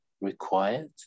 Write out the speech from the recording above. required